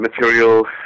material